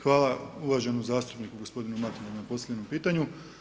Hvala uvaženom zastupniku gospodinu Mateljanu na postavljeno pitanju.